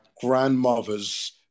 grandmother's